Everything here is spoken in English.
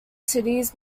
cities